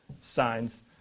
signs